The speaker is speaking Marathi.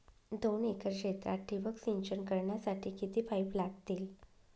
दोन एकर क्षेत्रात ठिबक सिंचन करण्यासाठी किती पाईप लागतील?